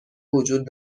وجود